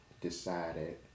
decided